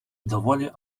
доволі